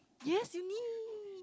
yes you need